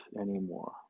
anymore